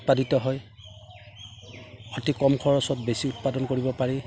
উৎপাদিত হয় অতি কম খৰচত বেছি উৎপাদন কৰিব পাৰি